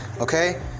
okay